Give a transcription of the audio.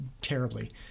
terribly